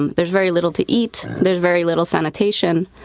and there's very little to eat, there's very little sanitation.